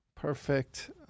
perfect